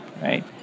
right